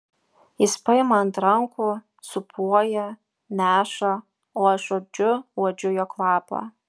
jis paima ant rankų sūpuoja neša o aš uodžiu uodžiu jo kvapą